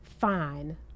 fine